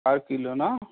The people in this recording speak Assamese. পাৰ কিলো নহ্